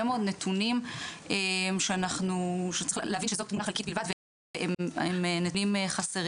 מאוד נתונים שצריך להבין שזאת תמונה חלקית בלבד והם נתונים חסרים.